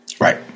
Right